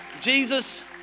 Jesus